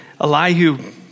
Elihu